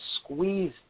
squeeze